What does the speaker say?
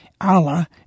Allah